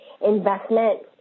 investment